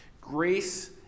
Grace